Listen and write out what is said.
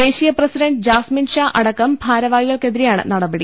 ദേശീയ പ്രസിഡണ്ട് ജാസ്മിൻ ഷാ അടക്കം ഭാരവാ ഹികൾക്കെതിരെയാണ് നടപടി